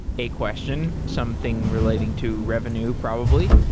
a question, something relating to revenue probably.